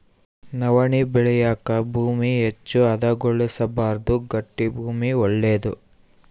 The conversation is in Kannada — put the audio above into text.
ನವಣೆ ಬೆಳೆಯಾಕ ಭೂಮಿ ಹೆಚ್ಚು ಹದಗೊಳಿಸಬಾರ್ದು ಗಟ್ಟಿ ಭೂಮಿ ಒಳ್ಳೇದು